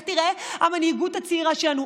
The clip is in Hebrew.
לאיך תיראה המנהיגות הצעירה שלנו,